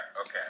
okay